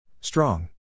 Strong